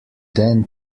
then